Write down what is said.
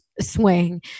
swing